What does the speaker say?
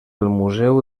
museu